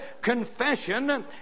confession